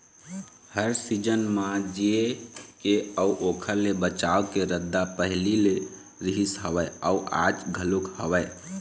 हर season म जीए के अउ ओखर ले बचाव के रद्दा पहिली ले रिहिस हवय अउ आज घलोक हवय